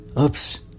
oops